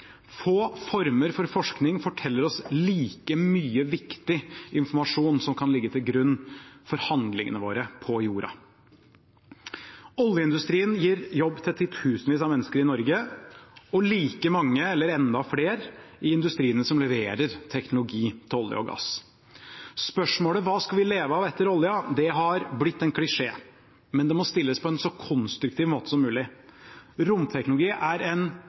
Få former for forskning gir oss like mye viktig informasjon, som kan ligge til grunn for handlingene våre på jorda. Oljeindustrien gir jobb til titusenvis av mennesker i Norge og enda flere i industriene som leverer teknologi til olje og gass. Spørsmålet «Hva skal vi leve av etter oljen?» har blitt en klisjé, men det må stilles på en så konstruktiv måte som mulig. Romteknologi er en